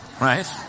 right